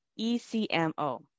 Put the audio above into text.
ECMO